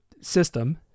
system